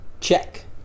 check